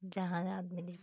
जहाँ मिली